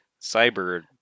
cyber